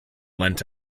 leant